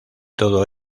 todo